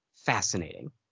fascinating